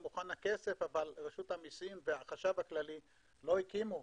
אבל רשות המיסים והחשב הכלי לא הקימו,